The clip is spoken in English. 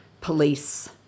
police